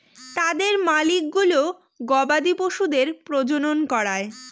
তাদের মালিকগুলো গবাদি পশুদের প্রজনন করায়